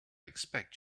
expect